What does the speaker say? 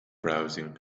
browsing